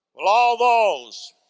will all those,